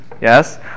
yes